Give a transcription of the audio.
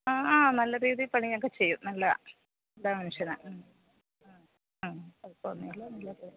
ആ ആ നല്ല രീതിയിൽ പണിയൊക്കെ ചെയ്യും നല്ലതാ നല്ല മനുഷ്യനാ ആ കൊഴപ്പൊന്നുമില്ല നല്ല ആ